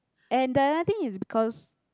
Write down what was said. and the another thing is because